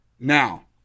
now